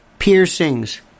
piercings